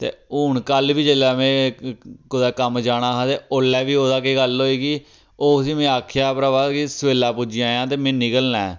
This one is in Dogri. ते हून कल बी जेल्लै में कुतै कम्म जाना हा ते ओल्लै बी ओह्दे केह् गल्ल होई कि ओह् उसी में आखेआ भ्रावा कि सवेल्ला पुज्जी जाएआं ते में निकलना ऐ